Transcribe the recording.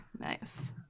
Nice